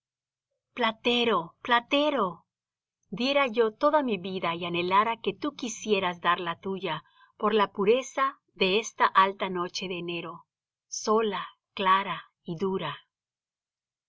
platero platero diera yo toda mi vida y anhelara que tú quisieras dar la tuya por la pureza de esta alta noche de enero sola clara y dura